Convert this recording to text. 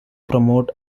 promote